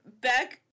beck